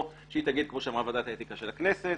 או שהיא תגיד כמו שאמרה ועדת האתיקה של הכנסת: